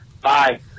Bye